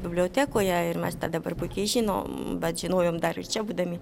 bibliotekoje ir mes tą dabar puikiai žinom bet žinojom dar ir čia būdami